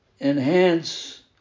enhance